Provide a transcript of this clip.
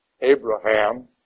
Abraham